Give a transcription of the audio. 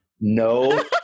no